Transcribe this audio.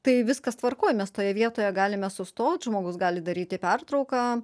tai viskas tvarkoj mes toje vietoje galime sustot žmogus gali daryti pertrauką